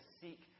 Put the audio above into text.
seek